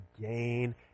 gain